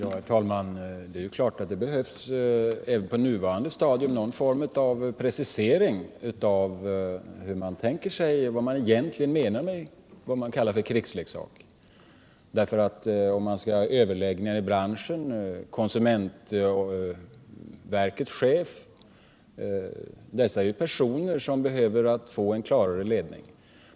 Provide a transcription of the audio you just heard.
Herr talman! Det är klart att det även på nuvarande stadium behövs någon form av precisering av vad man egentligen menar med det vi kallar krigsleksaker. Vid de överläggningar, som måste föras mellan företrädare för branschen och konsumentverkets chef, måste det finnas en klarare ledning.